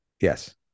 Yes